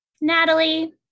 Natalie